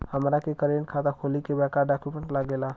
हमारा के करेंट खाता खोले के बा का डॉक्यूमेंट लागेला?